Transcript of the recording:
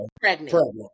pregnant